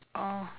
oh